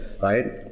Right